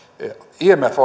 imf